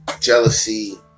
jealousy